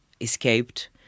escaped